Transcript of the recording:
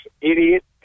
idiot